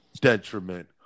detriment